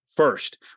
first